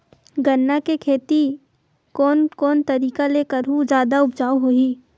गन्ना के खेती कोन कोन तरीका ले करहु त जादा उपजाऊ होही?